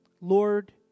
Lord